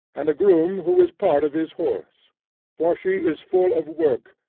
and a groom who is part of his horse for she is full of work,